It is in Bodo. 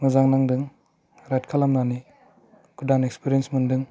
मोजां नांदों राइद खालामनानै गोदान एक्सपेरेन्स मोनदों